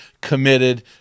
committed